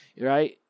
Right